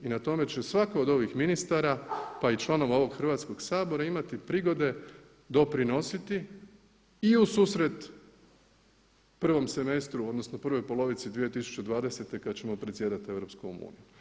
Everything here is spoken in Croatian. I na tome će svatko od ovih ministara pa i članova ovog Hrvatskoga sabora imati prigode doprinositi i u susret prvom semestru, odnosno prvoj polovici 2020. kada ćemo predsjedati EU.